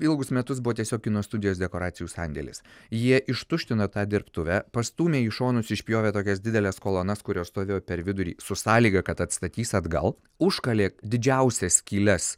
ilgus metus buvo tiesiog kino studijos dekoracijų sandėlis jie ištuštino tą dirbtuvę pastūmė į šonus išpjovė tokias dideles kolonas kurios stovėjo per vidurį su sąlyga kad atstatys atgal užkalė didžiausias skyles